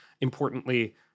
Importantly